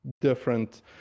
different